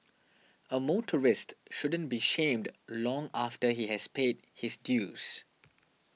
a motorist shouldn't be shamed long after he has paid his dues